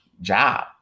job